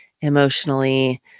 emotionally